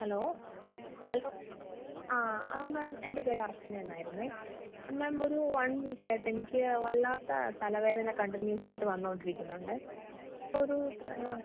hello hello ആ ആ ma'am എൻ്റെ പേര് അർച്ചന എന്ന് ആയിരുന്നു മാം ഒരു വൺ വീക്ക് ആയിട്ട് എനിക്ക് വല്ലാത്ത തലവേദന കണ്ടിന്യൂസ് ആയിട്ട് വന്നു കൊണ്ടിരിക്കുന്നുണ്ട് ഒരു